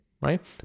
right